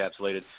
encapsulated